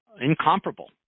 incomparable